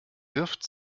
wirft